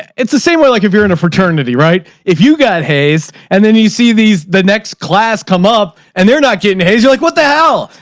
it's the same way. like if you're in a fraternity, right? if you got hayes and then you see these the next class come up and they're not getting hazed, you like, what the hell?